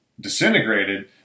disintegrated